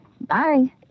bye